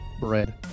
bread